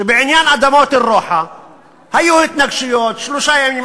שבעניין אדמות אל-רוחה היו התנגשויות שלושה ימים,